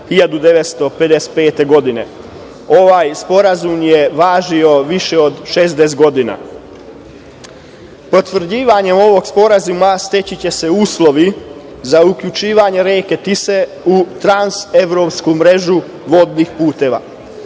1955. godine. Ovaj sporazum je važio više od 60 godina. Potvrđivanjem ovog sporazuma steći će se uslovi za uključivanje reke Tise u transevropsku mrežu vodnih puteva,